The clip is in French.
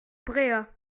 bréhat